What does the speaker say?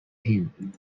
him